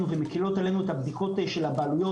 ומקלות עלינו את הבדיקות של הבעלויות.